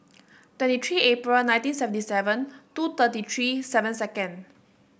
twenty three April nineteen seventy seven two thirty three seven second